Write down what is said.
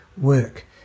work